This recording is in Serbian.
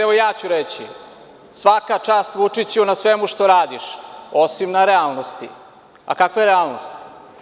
Evo, ja ću reći – svaka čast Vučiću na svemu što radiš, osim na realnosti, a kakva je realnost?